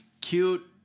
cute